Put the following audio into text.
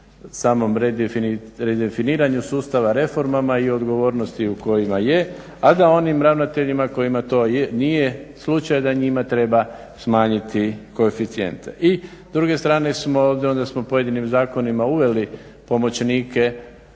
samom redefiniranju sustava, reformama i odgovornosti u kojima je, a da onim ravnateljima kojima to nije slučaj, da njima treba smanjiti koeficijente. I s druge strane smo, onda smo pojedinim zakonima uveli pomoćnike